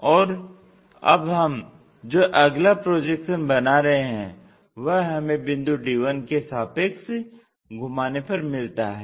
और अब हम जो अगला प्रोजेक्शन बना रहे हैं वह हमें बिंदु d1 के सापेक्ष घुमाने पर मिलता है